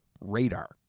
radar